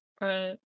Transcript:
Right